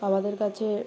আমাদের কাছে